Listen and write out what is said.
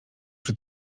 przy